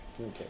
Okay